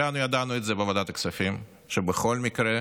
וכולנו ידענו את זה בוועדת הכספים, שבכל מקרה,